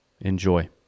Enjoy